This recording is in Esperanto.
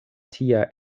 tia